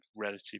relatively